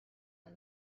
are